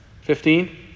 Fifteen